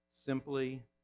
simply